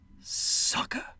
Sucker